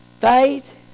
Faith